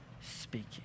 speaking